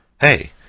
Hey